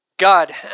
God